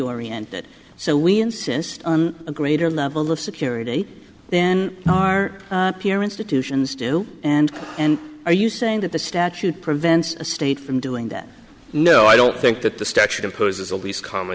oriented so we insist on a greater level of security then our p r institutions do and and are you saying that the statute prevents a state from doing that no i don't think that the statute of poses the least common